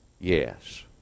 yes